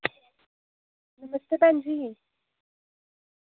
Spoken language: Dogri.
नमस्ते भैन जी